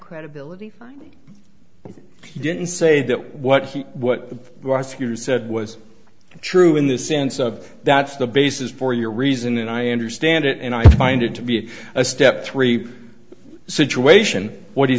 credibility he didn't say that what he what was he said was true in the sense of that's the basis for your reason and i understand it and i find it to be a step three situation what he